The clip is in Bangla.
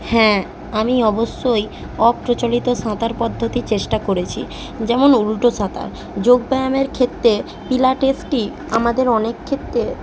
হ্যাঁ আমি অবশ্যই অপ্রচলিত সাঁতার পদ্ধতি চেষ্টা করেছি যেমন উল্টো সাঁতার যোগ ব্যায়ামের ক্ষেত্রে আমাদের অনেক ক্ষেত্রে